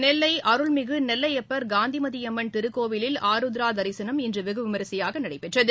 நெல்லை அருள்மிகு நெல்லைபப்பா் காந்திமதியம்மன் திருக்கோவிலில் ஆருத்ரா திசனம் இன்று வெகு விமரிசையாக நடைபெற்றது